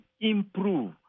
improve